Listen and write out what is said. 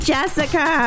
Jessica